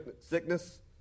sickness